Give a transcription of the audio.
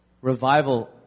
revival